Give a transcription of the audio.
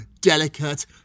delicate